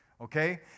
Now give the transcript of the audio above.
okay